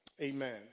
amen